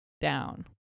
down